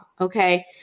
okay